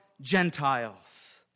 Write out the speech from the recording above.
Gentiles